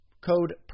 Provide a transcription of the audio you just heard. Code